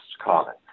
common